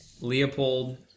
Leopold